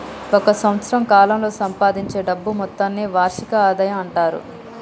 ఒక సంవత్సరం కాలంలో సంపాదించే డబ్బు మొత్తాన్ని వార్షిక ఆదాయం అంటారు